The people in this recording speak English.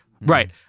Right